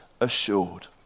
assured